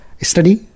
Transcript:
study